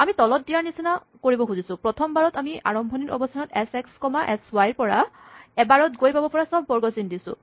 আমি তলত দিয়াৰ নিচিনা কৰিব খুজিছো প্ৰথমবাৰত আমি আৰম্ভণিৰ অৱস্হান S X comma S Y ৰ পৰা এবাৰত গৈ পাব পৰা চব বৰ্গক চিন দিছোঁ